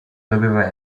doveva